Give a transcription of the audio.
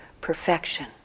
perfection